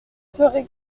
serez